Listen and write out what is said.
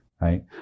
right